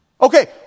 Okay